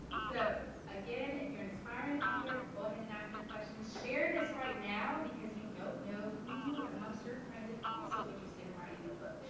so again if you're an aspiring author go ahead and ask your questions share this right now because you don't know who amongst your friends is also interested in writing a book.